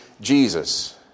Jesus